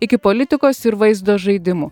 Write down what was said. iki politikos ir vaizdo žaidimų